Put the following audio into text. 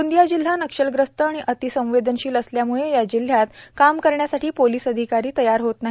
गोंदिया जिल्हा नक्षलग्रस्त आणि अतिसंवेदनशिल असल्यामुळे या जिल्हयात काम करण्यासाठी पोलीस अधिकारी तयार होत नाही